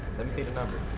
let me see the number.